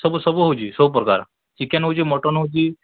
ସବୁ ସବୁ ହଉଛି ସବୁ ପ୍ରକାର ଚିକେନ୍ ହଉଛି ମଟନ୍ ହଉଛି